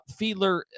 Fiedler